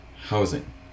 housing